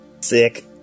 Sick